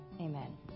Amen